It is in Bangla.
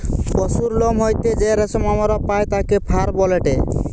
পশুর লোম হইতে যেই রেশম আমরা পাই তাকে ফার বলেটে